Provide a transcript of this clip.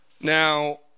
Now